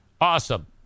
Awesome